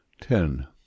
Ten